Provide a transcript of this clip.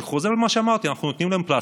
אני חוזר על מה שאמרתי, אנחנו נותנים להם פלסטר.